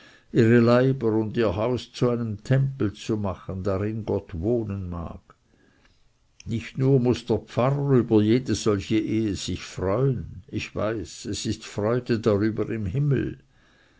ihre leiber und ihr haus zu einem tempel zu machen darin gott wohnen mag nicht nur muß der pfarrer über jede solche ehe sich freuen ich weiß es ist freude darüber im himmel